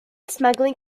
smuggling